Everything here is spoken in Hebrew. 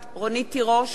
אינה נוכחת